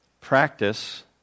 practice